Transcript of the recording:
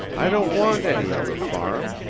i don't want any other farm,